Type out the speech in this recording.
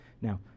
Now